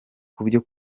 kubyo